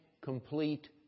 complete